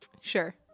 Sure